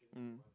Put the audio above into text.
mm